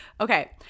Okay